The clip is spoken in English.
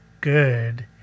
good